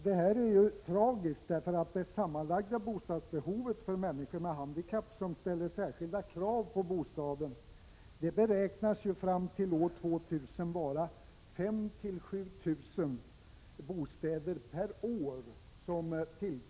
Detta är tragiskt, eftersom det sammanlagda behovet av bostäder för människor med handikapp, som ställer särskilda krav på bostaden, beräknas fram till år 2000 öka med 5 000-7 000 bostäder per år.